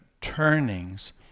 turnings